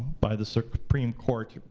by the supreme court,